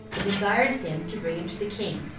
and desired him to bring him to the king,